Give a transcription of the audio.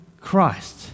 Christ